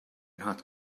not